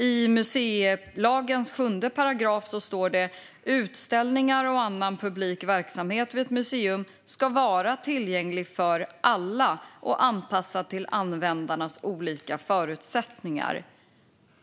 I museilagens 7 § står det att "utställningar och annan publik verksamhet vid ett museum ska vara tillgänglig för alla och anpassad till användarnas olika förutsättningar".